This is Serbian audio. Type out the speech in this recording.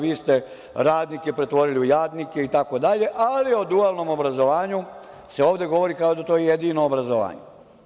Vi ste radnike pretvorili u jadnike itd, ali o dualnom obrazovanju se ovde govori kao da je to jedino obrazovanje.